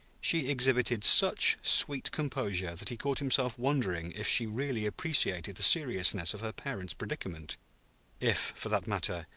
she exhibited such sweet composure that he caught himself wondering if she really appreciated the seriousness of her parent's predicament if, for that matter,